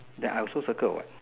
that I also circle what